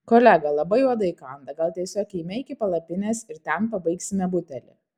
kolega labai uodai kanda gal tiesiog eime iki palapinės ir ten pabaigsime butelį